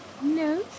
No